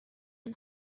and